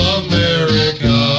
america